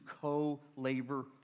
co-labor